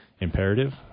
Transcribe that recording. imperative